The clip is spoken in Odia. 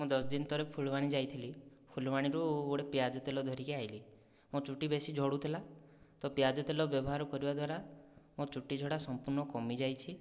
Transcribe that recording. ମୁଁ ଦଶଦିନ ତଳେ ଫୁଲବାଣୀ ଯାଇଥିଲି ଫୁଲବାଣୀରୁ ଗୋଟିଏ ପିଆଜ ତେଲ ଧରିକି ଆଇଲି ମୋ ଚୁଟି ବେଶୀ ଝଡ଼ୁଥିଲା ତ ପିଆଜି ତେଲ ବ୍ୟବହାର କରିବା ଦ୍ୱାରା ମୋ ଚୁଟି ଝଡ଼ା ସମ୍ପୂର୍ଣ୍ଣ କମିଯାଇଛି